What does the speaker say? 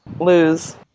Lose